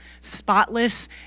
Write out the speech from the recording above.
spotless